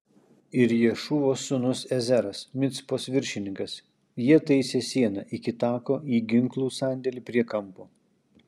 ir ješūvos sūnus ezeras micpos viršininkas jie taisė sieną iki tako į ginklų sandėlį prie kampo